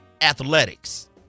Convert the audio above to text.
athletics